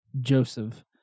Joseph